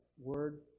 word